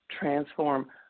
transform